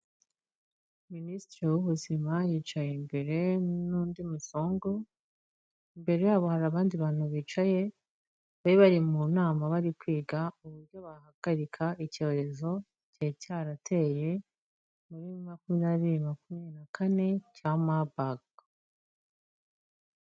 Minisitiri w'ubuzima yicaye imbere n'undi muzungu, imbere yabo hari abandi bantu bicaye. Bari bari mu nama bari kwiga uburyo bahagarika icyorezo cyari cyarateye muri makumyabiri, makumyabiri na kane cya mabaga.